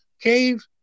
cave